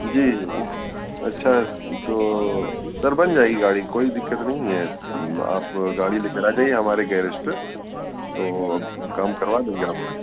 جی جی وہ اچھا تو سر بن جائے گی گاڑی کوئی دقت نہیں ہے آپ گاڑی لے کر آ جائیے ہمارے گیرج پر تو اب کام کروا دیں گے آپ